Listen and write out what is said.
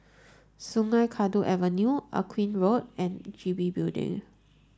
Sungei Kadut Avenue Aqueen Road and G B Building